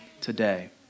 today